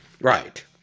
right